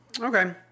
okay